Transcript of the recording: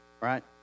right